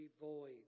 void